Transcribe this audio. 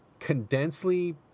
condensely